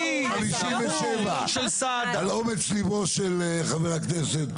על אומץ ליבו של חבר הכנסת.